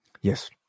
Yes